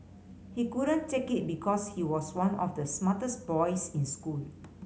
he couldn't take it because he was one of the smartest boys in school